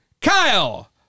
Kyle